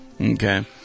Okay